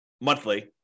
monthly